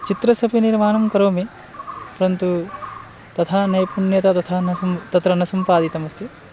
चित्रस्य अपि निर्माणं करोमि परन्तु तथा नैपुण्यता तथा न सं तत्र न सम्पादितमस्ति